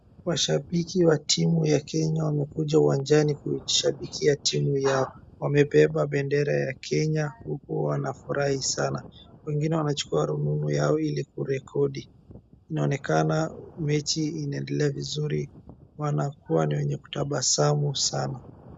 Washabiki wa timu ya Kenya wamekuja uwanjani kushabikia timu yao. Wamebeba bendera ya Kenya huku wanafurahi sana. Wengine wanachukua rununu yao ili kurekodi. Inaonekana mechi inaendelea vizuri, wanakuwa ni wenye kutabasamu sana.